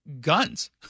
guns